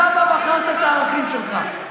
למה מכרת את הערכים שלך?